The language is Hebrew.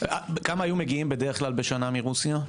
כמה היו מגיעים בדרך כלל בשנה מרוסיה?